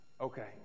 Okay